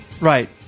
Right